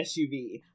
SUV